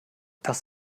das